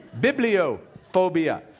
Bibliophobia